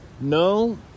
No